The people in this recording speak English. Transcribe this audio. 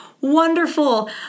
wonderful